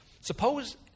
Suppose